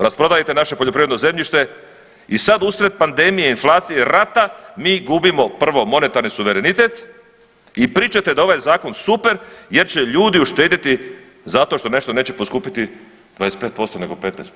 Rasprodajte naše poljoprivredno zemljište i sad uslijed pandemije, inflacije, rata mi gubimo prvo monetarni suverenitet i pričate da je ovaj zakon super jer će ljudi uštedjeti zato što nešto neće poskupiti 25% nego 15%